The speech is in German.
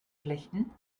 flechten